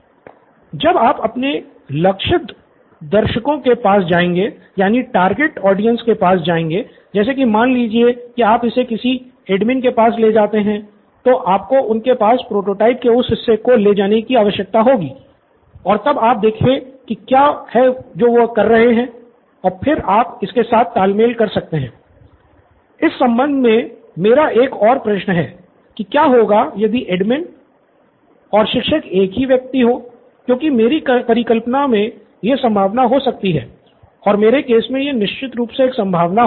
professor Bala जब आप अपने लक्षित दर्शकों के पास जाएँगे जैसे की मान लीजिए कि आप इसे किसी एडमिन और शिक्षक एक ही व्यक्ति हो क्योंकि मेरी परिकल्पना मे यह एक संभावना हो सकती है और मेरे केस मे यह निश्चित रूप से एक संभावना होगी